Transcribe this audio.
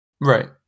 Right